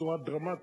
בצורה דרמטית.